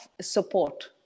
support